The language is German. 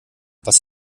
was